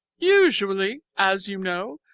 usually, as you know,